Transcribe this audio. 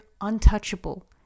untouchable